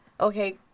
okay